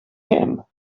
hem